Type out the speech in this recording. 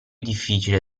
difficile